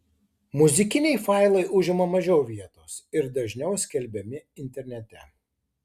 muzikiniai failai užima mažiau vietos ir dažniau skelbiami internete